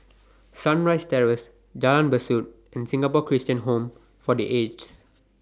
Sunrise Terrace Jalan Besut and Singapore Christian Home For The Aged